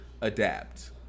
adapt